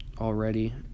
already